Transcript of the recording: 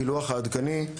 הפילוח העדכני,